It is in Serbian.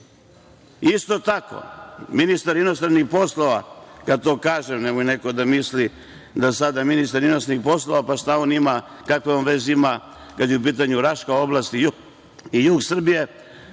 tako, ministar inostranih poslova, kad to kažem da neko misli sada ministar inostranih poslova kakve on veze ima kada je u pitanju Raška oblast i jug Srbije,